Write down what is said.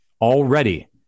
already